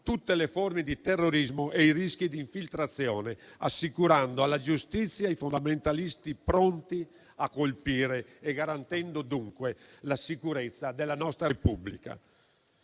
tutte le forme di terrorismo e i rischi di infiltrazione, assicurando alla giustizia i fondamentalisti pronti a colpire e garantendo dunque la sicurezza della nostra Repubblica.